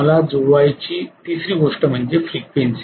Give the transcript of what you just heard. मला जुळवायची तिसरी गोष्ट म्हणजे फ्रिक्वेन्सी